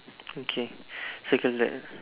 okay circle that ah